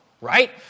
right